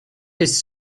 his